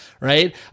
right